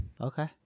Okay